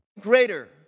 greater